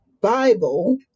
Bible